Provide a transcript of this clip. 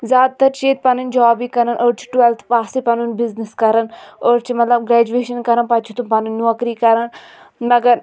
زِیادٕ تَر چھِ ییٚتہِ پَنٕنۍ جابٕے کَران أڈۍ چھ ٹُوؠلتھٕ پاسٕے پَنُن بِزنِس کَران أڈۍ چھِ مَطلَب گَریٚجِویشَن کَران پَتہِٕ چھ تم پَنٕنۍ نوکٕری کَران مَگَر